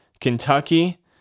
Kentucky